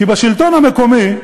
כי בשלטון המקומי,